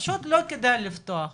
פשוט לא כדאי לפתוח אותם.